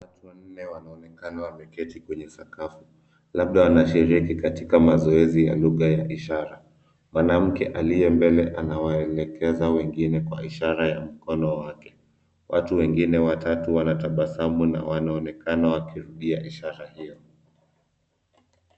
Watu wanne wanaonekana wameketi kwenye sakafu labda wanashiriki katika mazoezi ya lugha ya ishara. Mwanamke aliye mbele anawaelekeza wengine kwa ishara ya mkono wake. Watu wengine watatu wanatabasamu na wanaonekana wakirudia ishara hiyo.